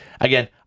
again